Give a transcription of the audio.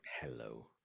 Hello